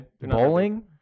Bowling